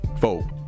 Four